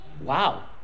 Wow